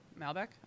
malbec